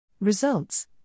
Results